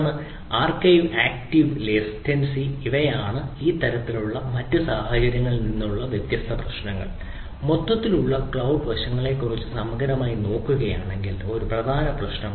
തുടർന്ന് archive access latency ആണ്